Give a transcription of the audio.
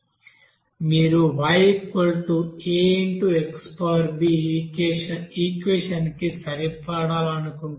మీరు YaXb equation కి సరిపడాలనుకుంటే